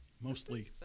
mostly